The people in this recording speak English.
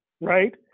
right